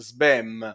Sbem